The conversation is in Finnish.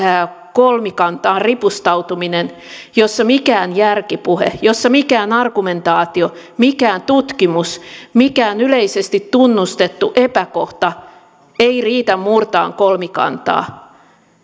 kolmikantaan ripustautuminen jossa mikään järkipuhe jossa mikään argumentaatio mikään tutkimus mikään yleisesti tunnustettu epäkohta ei riitä murtamaan kolmikantaa